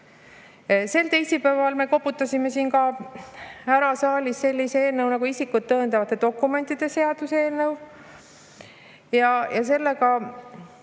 Sel teisipäeval me koputasime siin saalis ära sellise eelnõu nagu isikut tõendavate dokumentide seaduse eelnõu. Sellega